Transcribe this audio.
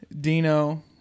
Dino